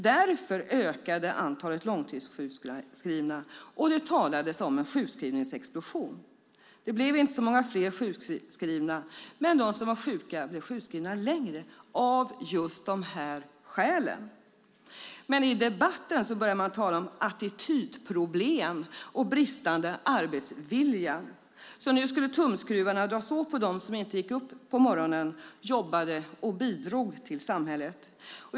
Därför ökade antalet långtidssjukskrivna, och det talades om en sjukskrivningsexplosion. Det blev inte så många fler sjukskrivna, men de som var sjuka blev sjukskrivna längre, av just de här skälen. Men i debatten började man tala om attitydproblem och bristande arbetsvilja. Nu skulle tumskruvarna dras åt på dem som inte gick upp på morgonen och jobbade och bidrog till samhället.